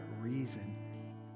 reason